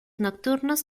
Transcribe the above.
nocturnos